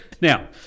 Now